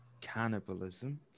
cannibalism